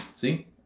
See